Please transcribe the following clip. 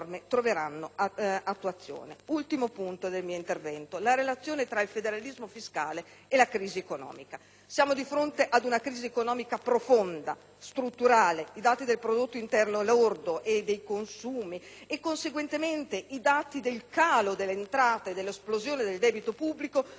L'ultimo punto del mio intervento riguarda la relazione tra il federalismo fiscale e la crisi economica. Siamo di fronte ad una crisi economica profonda e strutturale. I dati sul prodotto interno lordo e sui consumi e, conseguentemente, sul calo delle entrate e sull'esplosione del debito pubblico, sono davanti tutti noi.